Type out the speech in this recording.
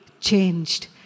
changed